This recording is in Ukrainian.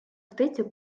птицю